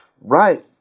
right